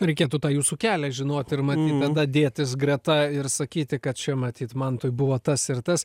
reikėtų tą jūsų kelią žinoti ir matyt tada dėtis greta ir sakyti kad čia matyt mantui buvo tas ir tas